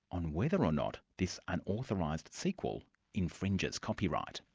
on whether or not this unauthorised sequel infringes copyright.